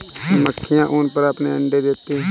मक्खियाँ ऊन पर अपने अंडे देती हैं